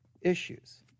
issues